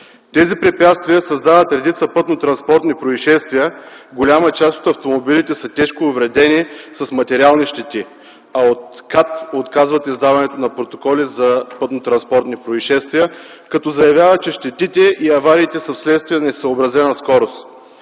Тези препятствия създават редица пътно-транспортни произшествия. Голяма част от автомобилите са тежко увредени, с материални щети, а от КАТ отказват издаването на протоколи за пътно-транспортни произшествия, като заявяват, че щетите и авариите са вследствие на несъобразена скорост.